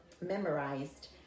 memorized